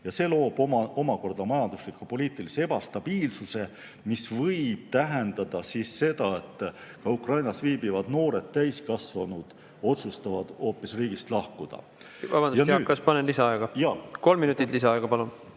See loob omakorda majandusliku ja poliitilise ebastabiilsuse, mis võib tähendada seda, et ka Ukrainas viibivad noored täiskasvanud otsustavad hoopis riigist lahkuda. Vabandust, Jaak, kas panen lisaaega? Jaa. Kolm minutit lisaaega, palun!